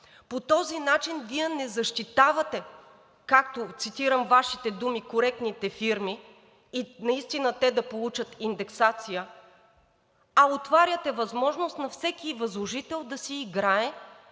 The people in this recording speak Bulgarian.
По този начин Вие не защитавате, цитирам Вашите думи, коректните фирми и наистина те да получат индексация, а отваряте възможност на всеки възложител да си играе